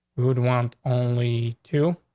who would want only two?